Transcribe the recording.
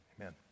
Amen